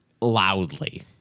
Loudly